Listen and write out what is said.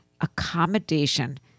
accommodation